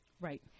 Right